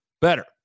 better